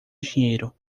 dinheiro